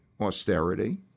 austerity